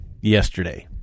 yesterday